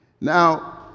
now